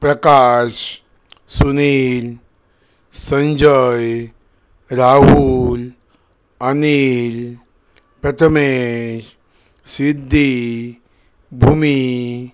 Prakash Sunil Sanjay Rahul Anil Prathamesh Siddhi Bhumi